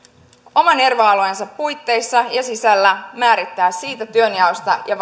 oman erva alueensa puitteissa ja sisällä määrätä siitä työnjaosta ja